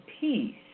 peace